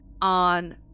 on